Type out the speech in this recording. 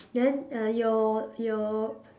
then uh your your